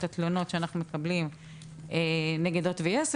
התלונות שאנחנו מקבלים נגד הוט ויס,